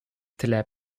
теләп